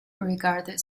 regarded